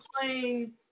playing